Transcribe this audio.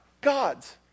God's